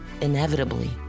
inevitably